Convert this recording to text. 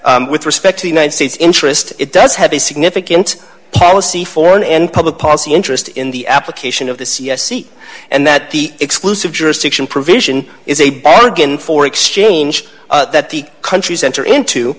with respect to the united states interest it does have a significant policy foreign and public policy interest in the application of this yes seat and that the exclusive jurisdiction provision is a bargain for exchange that the countries enter into